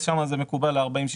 אז שם זה מקובל ה-60-40.